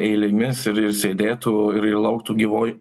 eilėmis ir ir sėdėtų ir ir lauktų gyvoj